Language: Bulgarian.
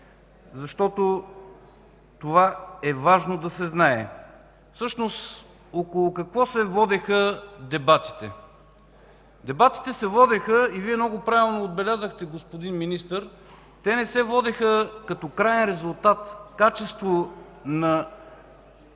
защото това е важно да се знае. Всъщност около какво се водиха дебатите? Те не се водиха, и Вие много правилно отбелязахте, господин Министър, като краен резултат качество на